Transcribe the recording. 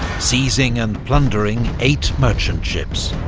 seizing and plundering eight merchant ships.